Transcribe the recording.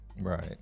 Right